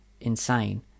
insane